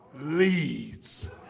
leads